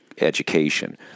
education